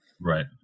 Right